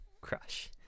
Crush